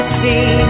see